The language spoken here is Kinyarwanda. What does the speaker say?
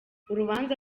urubanza